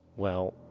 well,